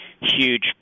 huge